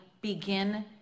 begin